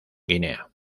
guinea